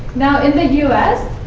now, in the us,